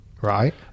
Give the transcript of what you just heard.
Right